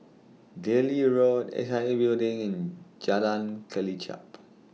Delhi Road S I A Building in Jalan Kelichap